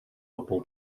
bobol